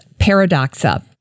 paradoxa